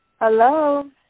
Hello